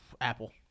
Apple